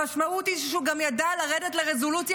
המשמעות היא שהוא גם ידע לרדת לרזולוציה